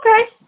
Okay